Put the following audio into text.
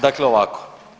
Dakle ovako.